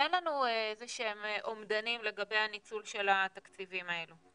תן לנו איזה שהם אומדנים לגבי הניצול של התקציבים האלה.